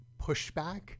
pushback